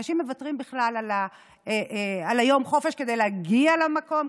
אנשים מוותרים בכלל על יום חופש כדי להגיע למקום,